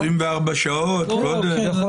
24 שעות קודם.